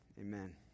amen